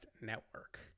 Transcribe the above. Network